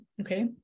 okay